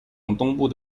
东部